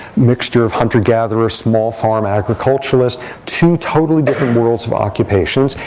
mixture of hunter-gatherers, small farm agriculturists two totally different worlds of occupations.